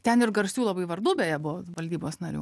ten ir garsių labai vardų beje buvo valdybos narių